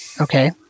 Okay